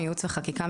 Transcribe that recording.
מייעוץ וחקיקה,